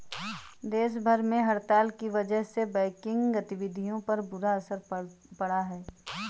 देश भर में हड़ताल की वजह से बैंकिंग गतिविधियों पर बुरा असर पड़ा है